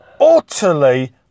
utterly